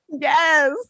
Yes